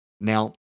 Now